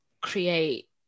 create